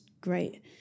great